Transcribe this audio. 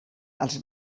als